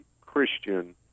Christian